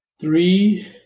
Three